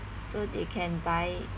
so they can buy